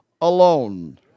alone